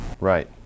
Right